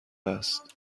است